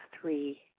three